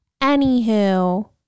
Anywho